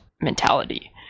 mentality